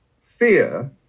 fear